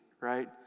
Right